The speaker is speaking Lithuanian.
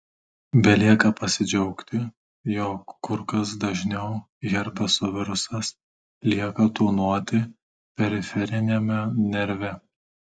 belieka pasidžiaugti jog kur kas dažniau herpeso virusas lieka tūnoti periferiniame nerve